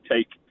take